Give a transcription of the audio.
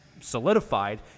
solidified